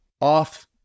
off